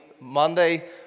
Monday